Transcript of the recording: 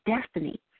destiny